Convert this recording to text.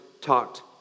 talked